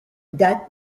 date